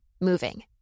moving